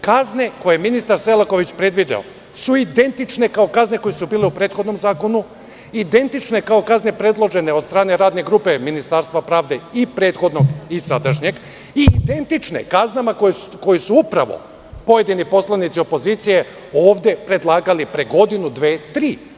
Kazne koje je ministar Selaković predvideo su identične kao kazne koje su bile u prethodnom zakonu, identične kao kazne predložene od strane radne grupe Ministarstva pravde i prethodnog i sadašnjeg i identične kaznama koje su upravo pojedini poslanici opozicije ovde predlagali pre godinu, dve, tri.